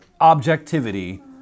objectivity